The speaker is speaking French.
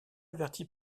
averti